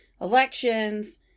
elections